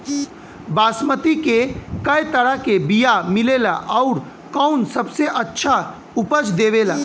बासमती के कै तरह के बीया मिलेला आउर कौन सबसे अच्छा उपज देवेला?